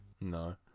No